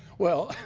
well,